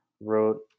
wrote